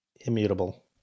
immutable